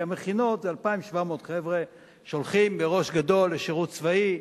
כי המכינות זה 2,700 חבר'ה שהולכים בראש גדול לשירות צבאי,